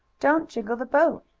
don't jiggle the boat,